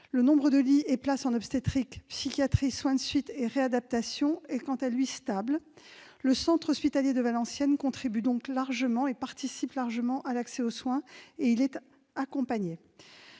Le nombre de lits et places en obstétrique, psychiatrie et soins de suite et de réadaptation est, quant à lui, resté stable. Le centre hospitalier de Valenciennes contribue donc largement à l'accès aux soins, et il est accompagné.